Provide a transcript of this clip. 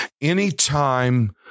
Anytime